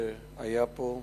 שהיה פה,